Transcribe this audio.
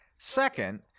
second